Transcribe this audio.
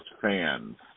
fans